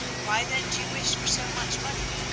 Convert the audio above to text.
why then do you wish for so much money?